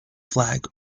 flag